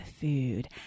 food